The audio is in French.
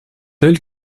elles